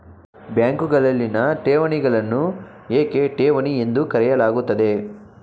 ಬ್ಯಾಂಕುಗಳಲ್ಲಿನ ಠೇವಣಿಗಳನ್ನು ಏಕೆ ಠೇವಣಿ ಎಂದು ಕರೆಯಲಾಗುತ್ತದೆ?